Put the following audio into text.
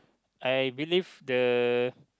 I believe the